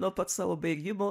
nuo pat savo baigimo